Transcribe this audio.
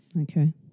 okay